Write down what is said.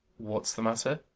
what's the matter?